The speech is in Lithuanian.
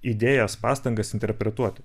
idėjas pastangas interpretuoti